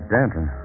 Danton